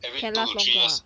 can last longer ah